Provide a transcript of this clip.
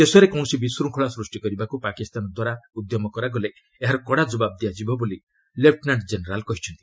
ଦେଶରେ କୌଣସି ବିଶ୍ୱଙ୍ଗଳା ସୂଷ୍ଟି କରିବାକୁ ପାକିସ୍ତାନ ଦ୍ୱାରା ଉଦ୍ୟମ କରାଗଲେ ଏହାର କଡ଼ା ଜବାବ ଦିଆଯିବ ବୋଲି ଲେପ୍ଟନାର୍କ୍ଷ ଜେନେରାଲ୍ କହିଛନ୍ତି